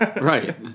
Right